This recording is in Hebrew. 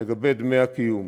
לגבי דמי הקיום,